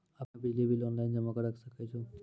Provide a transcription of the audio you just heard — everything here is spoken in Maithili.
आपनौ बिजली बिल ऑनलाइन जमा करै सकै छौ?